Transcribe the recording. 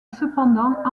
cependant